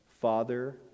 father